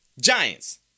Giants